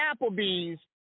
Applebee's